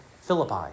Philippi